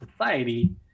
society